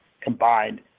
Combined